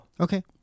Okay